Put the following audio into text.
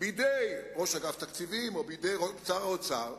בידי ראש אגף תקציבים או בידי שר האוצר,